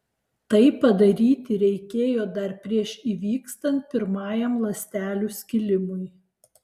tai padaryti reikėjo dar prieš įvykstant pirmajam ląstelių skilimui